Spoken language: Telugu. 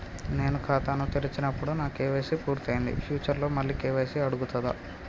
నేను ఖాతాను తెరిచినప్పుడు నా కే.వై.సీ పూర్తి అయ్యింది ఫ్యూచర్ లో మళ్ళీ కే.వై.సీ అడుగుతదా?